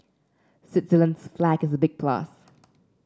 Switzerland's flag is a big plus